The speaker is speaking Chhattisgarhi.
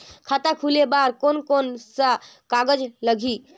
खाता खुले बार कोन कोन सा कागज़ लगही?